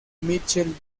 mitchell